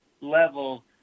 level